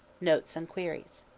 notes and queries.